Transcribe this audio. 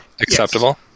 Acceptable